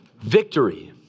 Victory